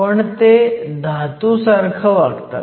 पण ते धातू सारखं वागतात